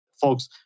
folks